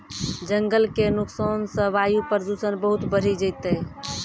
जंगल के नुकसान सॅ वायु प्रदूषण बहुत बढ़ी जैतै